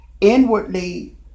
inwardly